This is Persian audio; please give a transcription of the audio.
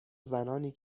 زنانی